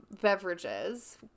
beverages